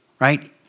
right